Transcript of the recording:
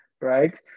right